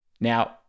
Now